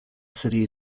city